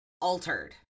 altered